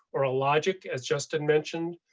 or a logic as justin mentioned,